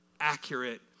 accurate